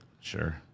Sure